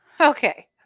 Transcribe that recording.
Okay